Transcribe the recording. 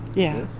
yeah.